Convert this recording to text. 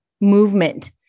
movement